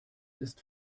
ist